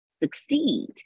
succeed